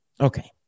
Okay